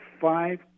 five